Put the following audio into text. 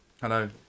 Hello